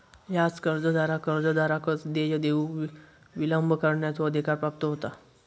ह्यात कर्जदाराक कर्जदाराकच देय देऊक विलंब करण्याचो अधिकार प्राप्त होता